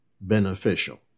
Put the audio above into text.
beneficial